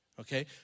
okay